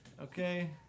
Okay